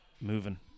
moving